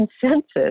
consensus